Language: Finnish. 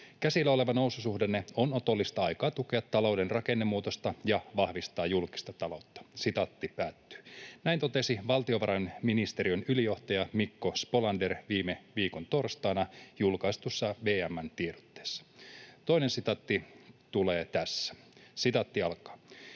Käsillä oleva noususuhdanne on otollista aikaa tukea talouden rakennemuutosta ja vahvistaa julkista taloutta.” Näin totesi valtiovarainministeriön ylijohtaja Mikko Spolander viime viikon torstaina julkaistussa VM:n tiedotteessa. Toinen sitaatti tulee tässä: